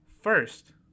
First